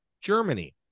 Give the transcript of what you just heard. Germany